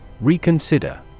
Reconsider